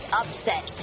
upset